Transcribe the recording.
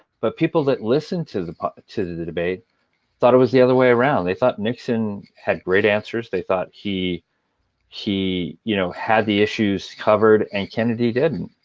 but people that listened to the but to the debate thought it was the other way around. they thought nixon had great answers. they thought he he you know had the issues covered and kennedy didn't.